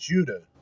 Judah